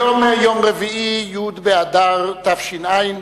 היום יום רביעי, י' באדר התש"ע,